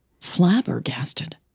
flabbergasted